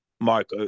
Mark